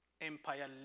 Empire